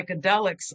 psychedelics